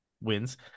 wins